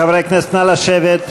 חברי הכנסת, נא לשבת.